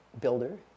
builder